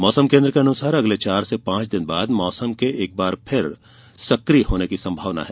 मौसम केन्द्र के अनुसार अगले चार से पांच दिन बाद मानसून के एक बार फिर से सक्रिय होने की संभावना है